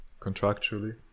contractually